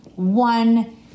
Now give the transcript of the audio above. one